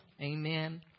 Amen